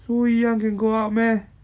so young can go out meh